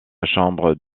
chambre